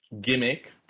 Gimmick